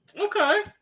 Okay